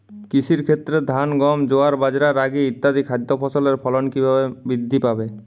কৃষির ক্ষেত্রে ধান গম জোয়ার বাজরা রাগি ইত্যাদি খাদ্য ফসলের ফলন কীভাবে বৃদ্ধি পাবে?